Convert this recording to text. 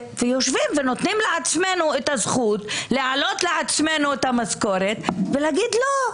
ויושבים ונותנים לעצמנו את הזכות להעלות לעצמנו את המשכורת ולהגיד: לא,